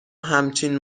همچین